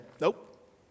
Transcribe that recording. Nope